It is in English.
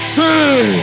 two